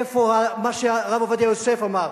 איפה מה שהרב עובדיה יוסף אמר,